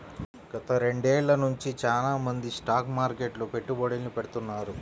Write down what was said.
గత రెండేళ్ళ నుంచి చానా మంది స్టాక్ మార్కెట్లో పెట్టుబడుల్ని పెడతాన్నారు